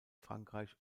frankreich